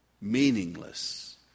meaningless